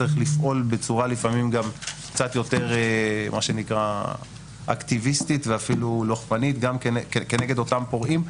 צריך לפעול בצורה קצת יותר אקטיביסטית ואפילו לוחמנית כנגד אותם פורעים.